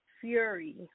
fury